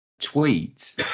tweet